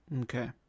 Okay